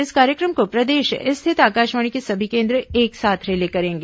इस कार्यक्रम को प्रदेश स्थित आकाशवाणी के सभी केन्द्र एक साथ रिले करेंगे